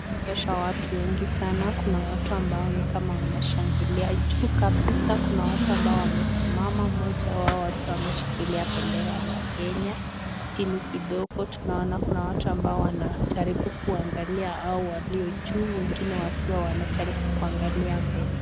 Linaonyesha watu wengi sana . Kuna watu ambao ni kama wanashangilia. Ju kabisa kuna watu ambao wamesimama mmoja wao akiwa ameshikilia bendera la Kenya. Chini kidogo tunaona kuna watu ambao wanajaribu kuangalia hao walio juu wengine wakiwa wanajaribu kuangalia mbele.